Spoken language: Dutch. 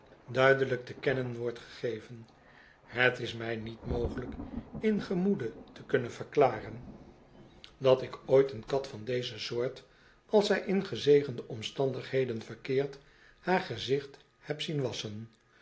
duidelijk te kennen wordt gegeven het is mij niet mogelijk in gemoede te kunnen verklaren dat ik ooit een kat van deze soort als zij ingezegende omstandigheden verkeert haar gezicht heb zien wasschen